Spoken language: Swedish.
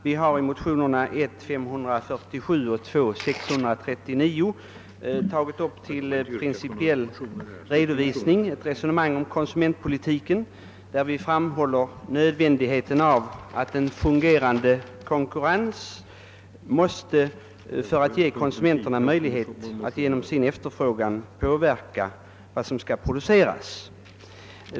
Vi har i motionerna 1I:547 och II:639 redovisat ett resonemang om konsumentpolitiken, där vi framhåller nödvändigheten av en fungerande konkurrens för att ge konsumenterna möjlighet att genom sin efterfrågan påverka vad som skall produceras.